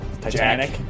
Titanic